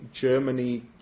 Germany